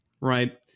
right